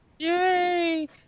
Yay